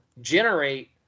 generate